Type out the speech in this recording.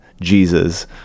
Jesus